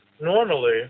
normally